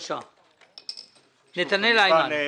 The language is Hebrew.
בבקשה, נתנאל היימן.